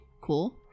Cool